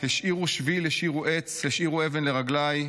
/ השאירו שביל, השאירו עץ,/ השאירו אבן לרגליי.